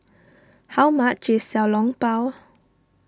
how much is Xiao Long Bao